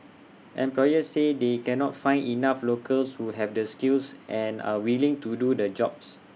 employers say they cannot find enough locals who have the skills and are willing to do the jobs